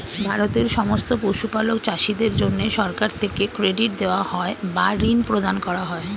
ভারতের সমস্ত পশুপালক চাষীদের জন্যে সরকার থেকে ক্রেডিট দেওয়া হয় বা ঋণ প্রদান করা হয়